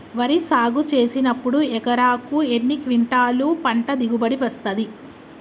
వరి సాగు చేసినప్పుడు ఎకరాకు ఎన్ని క్వింటాలు పంట దిగుబడి వస్తది?